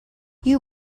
you